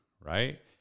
right